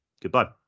Goodbye